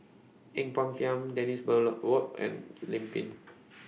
Ang Peng Tiam Dennis Bloodworth and Lim Pin